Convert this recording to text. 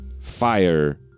fire